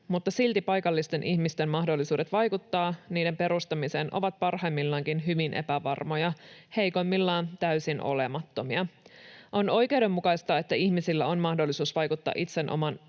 mutta silti paikallisten ihmisten mahdollisuudet vaikuttaa niiden perustamiseen ovat parhaimmillaankin hyvin epävarmoja, heikoimmillaan täysin olemattomia. On oikeudenmukaista, että ihmisillä on mahdollisuus vaikuttaa itse oman